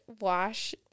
wash